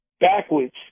backwards